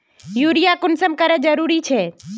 Urea कुंसम करे जरूरी छै?